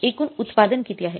एकूण उत्पादन किती आहे